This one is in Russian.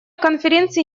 конференции